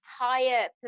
entire